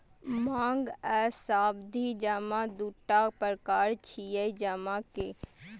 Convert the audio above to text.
मांग आ सावधि जमा दूटा प्रकार छियै जमा के